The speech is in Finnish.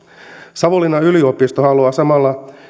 savonlinnan yliopisto haluaa samalla